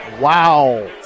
wow